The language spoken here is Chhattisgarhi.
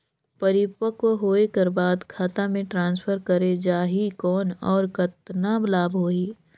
परिपक्व होय कर बाद खाता मे ट्रांसफर करे जा ही कौन और कतना लाभ होही?